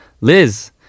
Liz